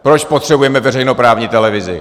Proč potřebujeme veřejnoprávní televizi?